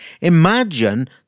Imagine